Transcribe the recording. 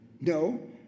No